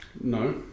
No